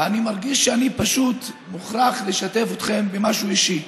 ואני מרגיש שאני פשוט מוכרח לשתף אתכם במשהו אישי.